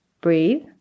breathe